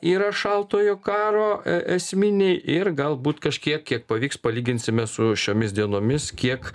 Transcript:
yra šaltojo karo esminiai ir galbūt kažkiek kiek pavyks palyginsime su šiomis dienomis kiek